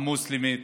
המוסלמית,